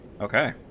Okay